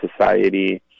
Society